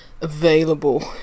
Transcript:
available